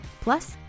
Plus